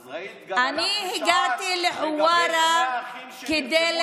אם ראית גם ושאלת לגבי שני האחים שנרצחו צעירים.